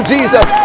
Jesus